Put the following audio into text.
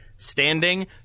Standing